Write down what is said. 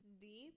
Deep